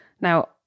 Now